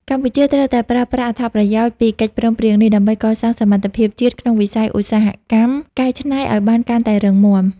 កម្ពុជាត្រូវតែប្រើប្រាស់អត្ថប្រយោជន៍ពីកិច្ចព្រមព្រៀងនេះ ដើម្បីកសាងសមត្ថភាពជាតិក្នុងវិស័យឧស្សាហកម្មកែច្នៃឱ្យបានកាន់តែរឹងមាំ។